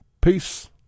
Peace